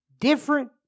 different